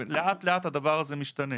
לאט לאט הדבר הזה משתנה.